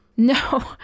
No